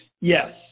yes